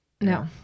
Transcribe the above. No